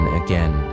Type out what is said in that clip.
again